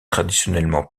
traditionnellement